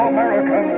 America